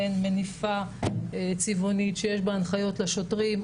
מעין מניפה צבעונית שיש בה הנחיות לשוטרים.